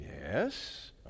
Yes